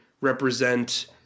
represent